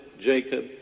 Jacob